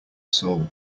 soul